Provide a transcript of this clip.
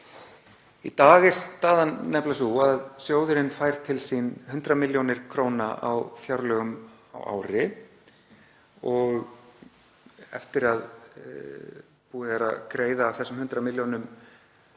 Í dag er staðan nefnilega sú að sjóðurinn fær til sín 100 millj. kr. á fjárlögum á ári og eftir að búið er að greiða af þessum 100 milljónum það